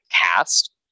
cast